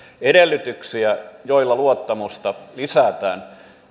edellytyksiä joilla luottamusta lisätään